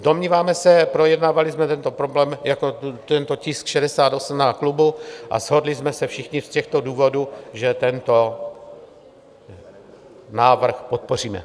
Domníváme se, projednávali jsme tento problém jako tento tisk 68 na klubu, a shodli jsme se všichni z těchto důvodů, že tento návrh podpoříme.